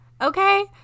okay